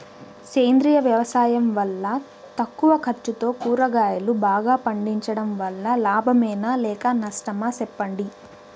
సేంద్రియ వ్యవసాయం వల్ల తక్కువ ఖర్చుతో కూరగాయలు బాగా పండించడం వల్ల లాభమేనా లేక నష్టమా సెప్పండి